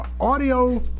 audio